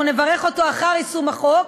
אנחנו נברך אותו אחר יישום החוק.